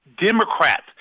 Democrats